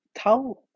Tell